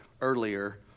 earlier